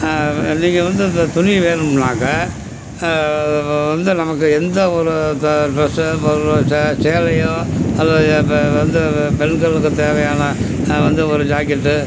அது மாதிரி நீங்கள் வந்து அந்த துணி வேணும்னாக்கால் வ வந்து நமக்கு எந்த ஒரு இதாக ட்ரெஸ்ஸு ஒரு ச சேலையோ இல்லயா இப்போ வந்து அது பெண்களுக்கு தேவையான வந்து ஒரு ஜாக்கெட்டு